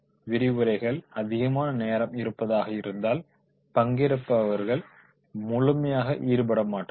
விரிவுரைகள் அதிகமான நேரம் இருப்பதாக இருந்தால் பங்கேற்பவர்கள் முழுமையாக ஈடுபடமாட்டார்கள்